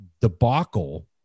debacle